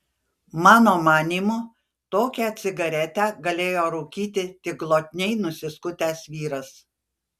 mano manymu tokią cigaretę galėjo rūkyti tik glotniai nusiskutęs vyras